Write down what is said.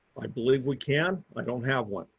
i believe we can. i don't have one.